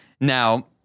Now